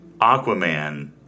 Aquaman